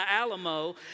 Alamo